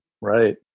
Right